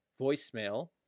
voicemail